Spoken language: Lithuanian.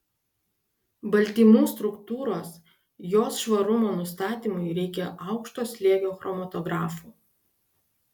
baltymų struktūros jos švarumo nustatymui reikia aukšto slėgio chromatografų